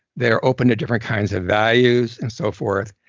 they're open to different kinds of values and so forth.